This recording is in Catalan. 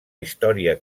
història